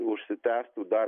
užsitęstų dar